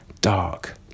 dark